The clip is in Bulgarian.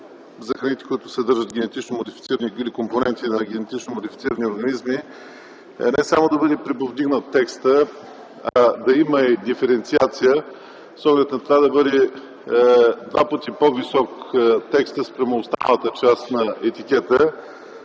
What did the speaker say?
на храните, които съдържат генетично модифицирани или компоненти на генетично модифицирани организми, е не само да бъде приповдигнат текстът, а да има и диференциация с оглед на това да бъде два пъти по-висок текстът спрямо останалата част на етикета,